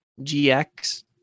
GX